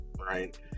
right